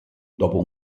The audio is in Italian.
dopo